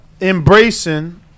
embracing